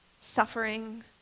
suffering